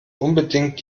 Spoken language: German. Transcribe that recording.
unbedingt